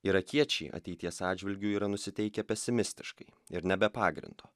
irakiečiai ateities atžvilgiu yra nusiteikę pesimistiškai ir ne be pagrindo